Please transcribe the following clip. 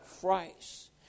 Christ